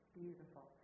beautiful